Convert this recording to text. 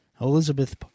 Elizabeth